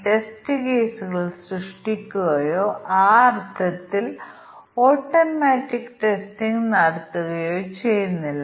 എല്ലാ കിഴിവുകൾക്കും ശേഷമുള്ള വാങ്ങൽ തുക 2000 കവിയുന്നുവെങ്കിൽ ഷിപ്പിംഗ് സൌജന്യമാണ്